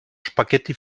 spaghetti